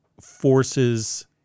forces